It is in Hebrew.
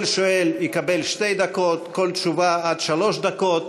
כל שואל יקבל שתי דקות, כל תשובה, עד שלוש דקות.